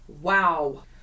Wow